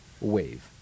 wave